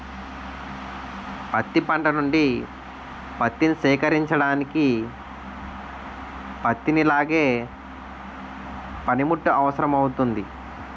పత్తి పంట నుండి పత్తిని సేకరించడానికి పత్తిని లాగే పనిముట్టు అవసరమౌతుంది